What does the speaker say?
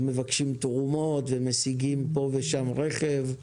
ומבקשים תרומות ומשיגים פה ושם רכב,